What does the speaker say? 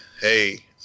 hey